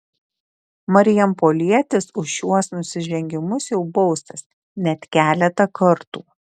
marijampolietis už šiuos nusižengimus jau baustas net keletą kartų